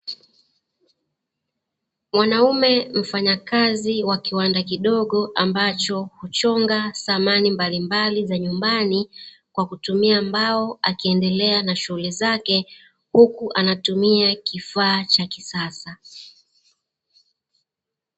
Mwanaume mfanyakazi wa kiwanda kidogo, ambacho huchonga samani mbalimbali za nyumbani, kwa kutumia mbao akiendelea na shughuli zake, huku anatumia kifaa cha kisasa.